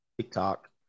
TikTok